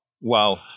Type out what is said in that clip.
Wow